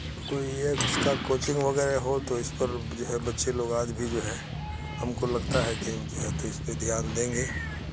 کوئی ایک اس کا کوچنگ وغیرہ ہو تو اس پر جو ہے بچے لوگ آج بھی جو ہے ہم کو لگتا ہے کہ جو ہے تو اس پہ دھیان دیں گے